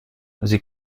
sie